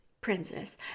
princess